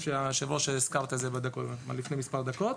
היושב-ראש, אני חושב שהזכרת את זה לפני מספר דקות.